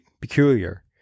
peculiar